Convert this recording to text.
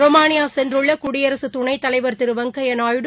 ரொமானியாசென்றுள்ளகுடியரசுதுணைத்தலைவர் திருவெங்கையாநாயுடு